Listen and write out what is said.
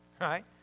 Right